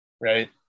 right